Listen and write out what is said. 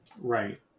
Right